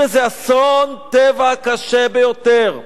שזה אסון טבע קשה ביותר,